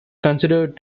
considered